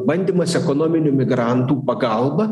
bandymas ekonominių migrantų pagalba